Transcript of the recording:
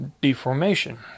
deformation